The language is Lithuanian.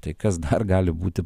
tai kas dar gali būti